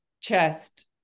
chest